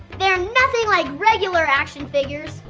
they're nothing like regular action figures.